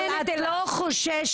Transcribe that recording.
אבל את לא חוששת,